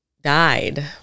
died